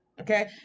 Okay